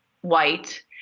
white